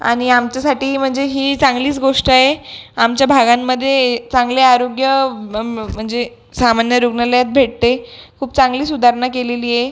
आणि आमच्यासाठी म्हणजे ही चांगलीच गोष्ट आहे आमच्या भागांमध्ये चांगले आरोग्य म्हणजे सामान्य रुग्णालयात भेटते खूप चांगली सुधारणा केलेली आहे